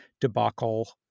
debacle